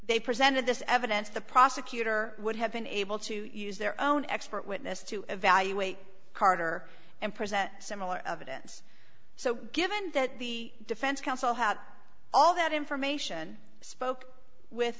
they presented this evidence the prosecutor would have been able to use their own expert witness to evaluate carter and present similar evidence so given that the defense counsel hout all that information spoke with